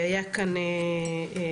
היה כאן דיון,